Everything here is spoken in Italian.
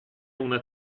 una